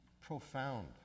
profound